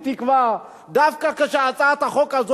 כולי תקווה שדווקא כשהצעת החוק הזו